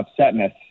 upsetness